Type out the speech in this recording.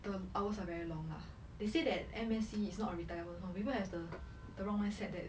the hours are very long lah they say that M_S_E is not a retirement home people have the the wrong mindset that